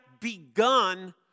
begun